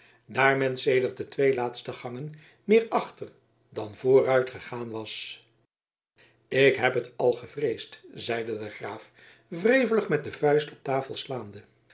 daar men sedert de twee laatste gangen meer achter dan vooruitgegaan was ik heb het al gevreesd zeide de graaf wrevelig met de vuist op tafel slaande